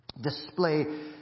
display